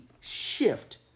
shift